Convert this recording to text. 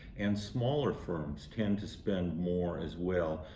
and smaller firms tend to spend more as well,